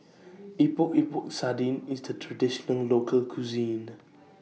Epok Epok Sardin IS The Traditional Local Cuisine